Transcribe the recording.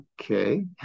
okay